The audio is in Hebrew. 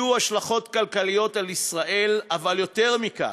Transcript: יהיו השלכות כלכליות על ישראל, אבל יותר מכך,